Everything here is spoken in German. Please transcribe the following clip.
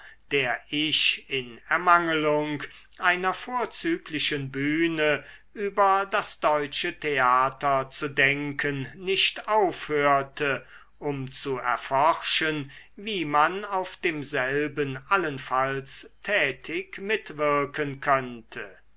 der ich in ermangelung einer vorzüglichen bühne über das deutsche theater zu denken nicht aufhörte um zu erforschen wie man auf demselben allenfalls tätig mitwirken könnte